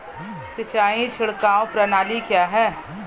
सिंचाई छिड़काव प्रणाली क्या है?